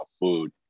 food